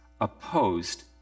opposed